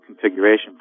configuration